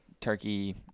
turkey